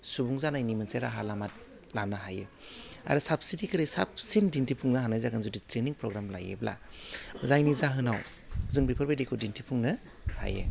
सुबुं जानायनि मोनसे राहा लामा लानो हायो आरो साबसिदिखोरै साबसिन दिन्थिफुंनो हानाय जागोन जुदि ट्रेइनिं फ्रग्राम लायोब्ला जायनि जाहोनाव जों बिफोरबायदिखौ दिन्थिफुंनो हायो